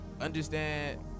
understand